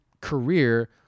career